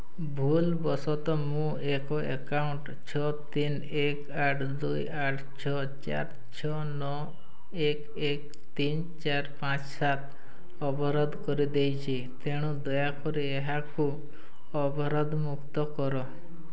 ଭୁଲ ବଶତଃ ମୁଁ ଏକ ଆକାଉଣ୍ଟ ଛଅ ତିନି ଏକ ଆଠ ଦୁଇ ଆଠ ଛଅ ଚାରି ଛଅ ନଅ ଏକ ଏକ ତିନି ଚାରି ପାଞ୍ଚ ସାତ ଅବରୋଧ କରିଦେଇଛି ତେଣୁ ଦୟାକରି ଏହାକୁ ଅବରୋଧମୁକ୍ତ କର